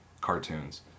cartoons